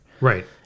Right